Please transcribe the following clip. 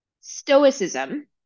Stoicism